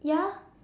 ya